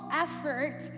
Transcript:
effort